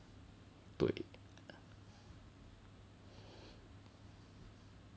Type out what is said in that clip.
对